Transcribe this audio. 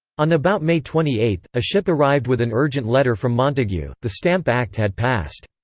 on about may twenty eight, a ship arrived with an urgent letter from montague the stamp act had passed.